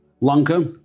Lanka